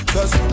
Cause